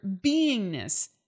beingness